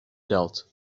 dealt